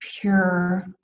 pure